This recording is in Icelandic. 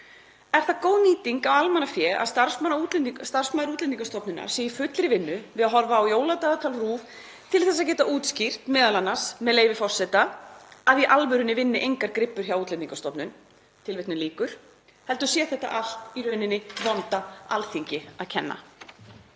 Er það góð nýting á almannafé að starfsmaður Útlendingastofnunar sé í fullri vinnu við að horfa á jóladagatal RÚV til að geta útskýrt m.a., með leyfi forseta, að „í alvörunni vinna engar gribbur hjá Útlendingastofnun“ heldur sé þetta allt í rauninni vonda Alþingi að kenna?